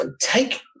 take